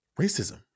Racism